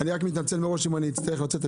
אני רק מתנצל מראש אם אני אצטרך לצאת,